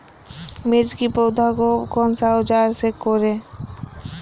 मिर्च की पौधे को कौन सा औजार से कोरे?